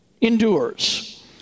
endures